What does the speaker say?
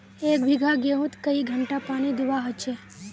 एक बिगहा गेँहूत कई घंटा पानी दुबा होचए?